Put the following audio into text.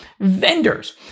vendors